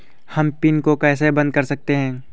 हम पिन को कैसे बंद कर सकते हैं?